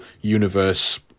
Universe